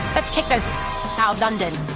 let's kick outta london.